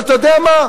אבל אתה יודע מה?